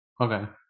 Okay